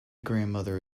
grandmother